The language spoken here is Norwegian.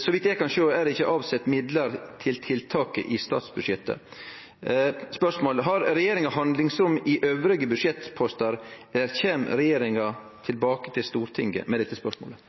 Så vidt eg kan sjå, er det ikkje avsett midlar til tiltaket i statsbudsjettet. Spørsmåla mine er: Har regjeringa handlingsrom i andre budsjettpostar? Kjem regjeringa tilbake til Stortinget med dette spørsmålet?